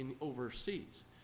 overseas